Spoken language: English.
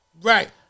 Right